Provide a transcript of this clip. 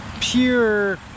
pure